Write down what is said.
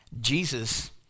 Jesus